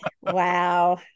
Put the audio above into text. Wow